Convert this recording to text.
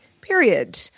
period